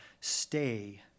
stay